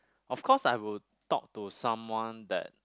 of course I would talk to someone that